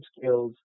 skills